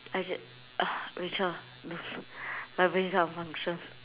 I ca~ ah rachel don't don't my brain cannot function